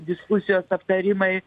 diskusijos aptarimai